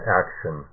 action